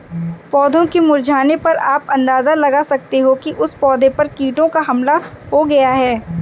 पौधों के मुरझाने पर आप अंदाजा लगा सकते हो कि उस पौधे पर कीटों का हमला हो गया है